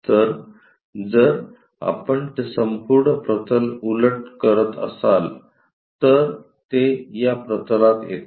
तर जर आपण ते संपूर्ण प्रतल उलट करत असाल तर हे या प्रतलात येते